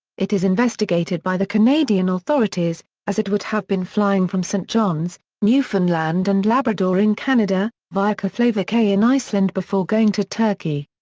it is investigated by the canadian authorities, as it would have been flying from st. john's, newfoundland and labrador in canada, via keflavik in iceland before going to turkey.